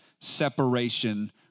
separation